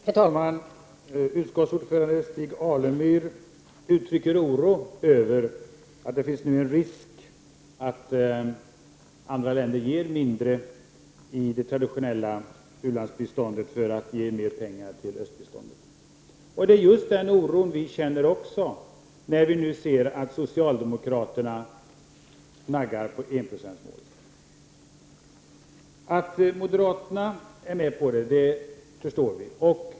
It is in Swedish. Fru talman! Utskottets ordförande Stig Alemyr uttrycker oro över att det nu finns en risk för att andra länder ger mindre i traditionellt u-landsbistånd för att ge en del pengar till östbiståndet. Det är just den oro vi också känner, när vi ser att socialdemokraterna naggar på en-procentsmålet. Att moderaterna är med på det förstår vi.